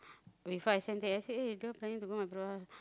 before I send that I say eh